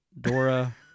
Dora